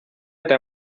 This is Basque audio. eta